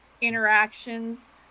interactions